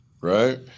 Right